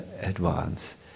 advance